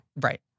right